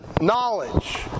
knowledge